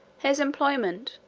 his employment,